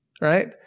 right